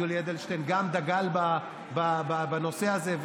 יולי אדלשטיין גם דגל בנושא הזה,